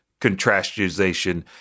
contrastization